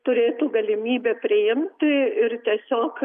turėtų galimybę priimti ir tiesiog